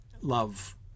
love